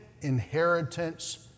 inheritance